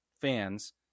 fans